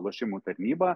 lošimų tarnyba